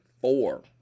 four